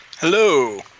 hello